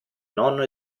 nonno